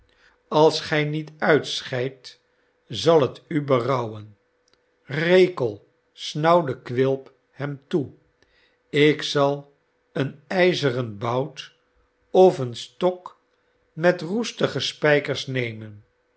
als gij niet uitscheidt zal het u berouwen rekel snauwde quilp hem toe ik zal een ijzeren bout of een stok met roestige spijkers nemen